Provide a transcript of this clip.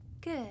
Good